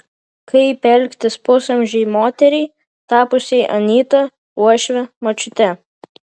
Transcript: kaip elgtis pusamžei moteriai tapusiai anyta uošve močiute